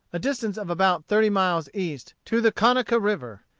a distance of about thirty miles east, to the conecuh river.